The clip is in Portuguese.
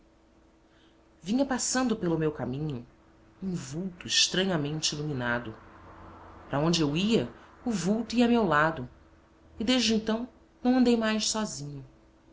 vinha passando pelo meu caminho um vulto estranhamente iluminado para onde eu ia o vulto ia a meu lado e desde então não andei mais sozinho